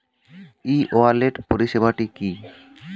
ই wallet পরিষেবাটি কি?